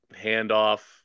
handoff